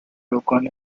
token